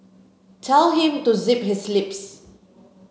tell him to zip his lips